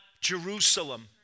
Jerusalem